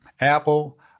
Apple